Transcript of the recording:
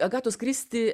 agatos kristi